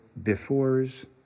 befores